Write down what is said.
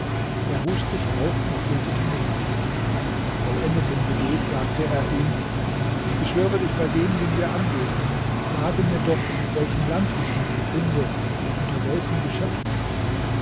er wusch sich auch und betete mit ihm nach vollendetem gebet sagte er ihm ich beschwöre dich bei dem den wir anbeten sage mir doch in welchem land ich mich befinde und unter welchen geschöpfen